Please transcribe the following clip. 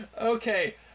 Okay